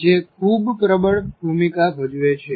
જે ખૂબ પ્રબળ ભૂમિકા ભજવે છે